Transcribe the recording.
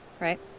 Right